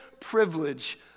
privilege